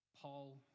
Paul